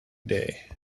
day